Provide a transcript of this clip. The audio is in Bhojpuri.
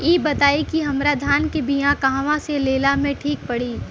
इ बताईं की हमरा धान के बिया कहवा से लेला मे ठीक पड़ी?